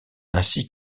ainsi